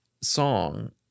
song